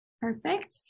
perfect